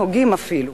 נוגים אפילו.